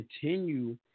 continue